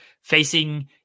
facing